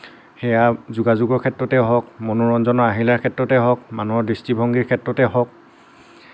সেয়া যোগাযোগৰ ক্ষেত্ৰতেই হওক মনোৰঞ্জনৰ আহিলাৰ ক্ষেত্ৰতেই হওক মানুহৰ দৃষ্টিভংগীৰ ক্ষেত্ৰতেই হওক